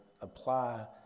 apply